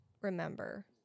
remember